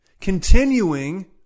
continuing